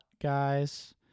guys